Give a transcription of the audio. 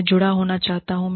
मैं जुड़ा होना चाहता हूं